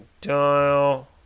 dial